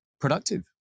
productive